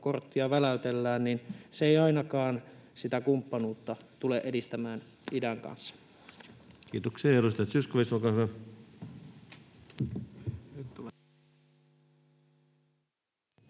Nato-korttia väläytellään, niin se ei ainakaan sitä kumppanuutta idän kanssa tule edistämään. Kiitoksia.